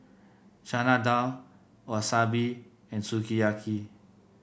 Chana Dal Wasabi and Sukiyaki